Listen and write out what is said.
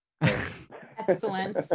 Excellent